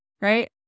right